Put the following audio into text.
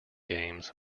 games